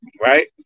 Right